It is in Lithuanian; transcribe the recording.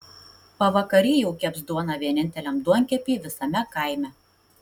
pavakary jau keps duoną vieninteliam duonkepy visame kaime